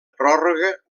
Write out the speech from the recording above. pròrroga